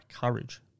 courage